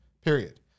period